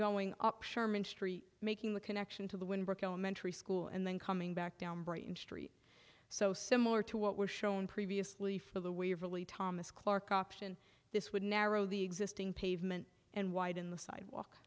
going up sherman street making the connection to the when work elementary school and then coming back down brighton street so similar to what was shown previously for the waverly thomas clark option this would narrow the existing pavement and widen the sidewalk